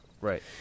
Right